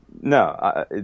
No